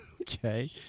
Okay